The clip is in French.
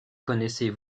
connaissez